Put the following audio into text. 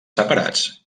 separats